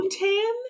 tan